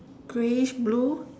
Greyish blue